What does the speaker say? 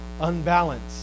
unbalanced